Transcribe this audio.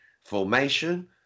formation